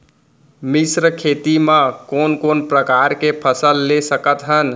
मिश्र खेती मा कोन कोन प्रकार के फसल ले सकत हन?